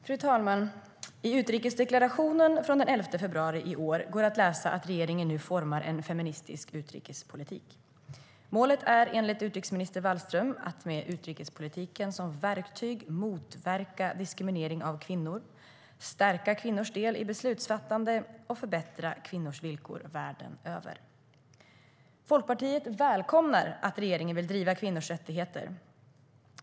Fru talman! I utrikesdeklarationen från den 11 februari i år går att läsa att regeringen nu formar en feministisk utrikespolitik. Målet är, enligt utrikesminister Wallström, att med utrikespolitiken som verktyg motverka diskriminering av kvinnor, stärka kvinnors del i beslutsfattande och förbättra kvinnors villkor världen över. Folkpartiet välkomnar att regeringen vill driva kvinnors rättigheter.